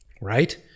right